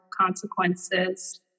consequences